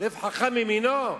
לב חכם במינו?